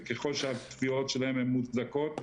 וככל שהתביעות שלהם הם מוצדקות,